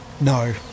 No